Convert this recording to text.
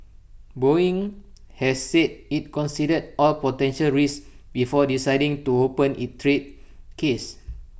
boeing has said IT considered all potential risks before deciding to open its trade case